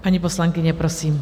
Paní poslankyně, prosím.